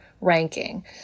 ranking